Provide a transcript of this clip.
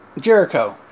Jericho